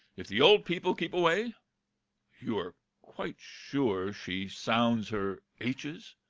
if the old people keep away you are quite sure she sounds her h's